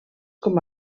com